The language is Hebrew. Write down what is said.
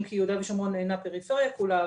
אם כי יהודה ושומרון אינה נחשבת לפריפריה כולה,